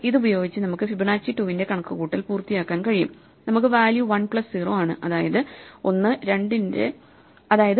ഇതുപയോഗിച്ച് നമുക്ക് ഫിബൊനാച്ചി 2 ന്റെ കണക്കുകൂട്ടൽ പൂർത്തിയാക്കാൻ കഴിയും നമുക്ക് വാല്യൂ 1 പ്ലസ് 0 ആണ് അതായത് 1